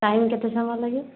time କେତେ ସମୟ ଲାଗିବ